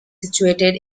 situated